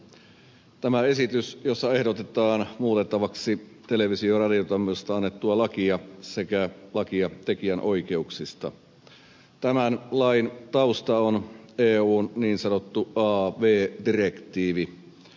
tausta tälle esitykselle jossa ehdotetaan muutettavaksi televisio ja radiotoiminnasta annettua lakia sekä lakia tekijänoikeuksista on eun niin sanottu av direktiivi